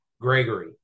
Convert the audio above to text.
Gregory